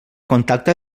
contacte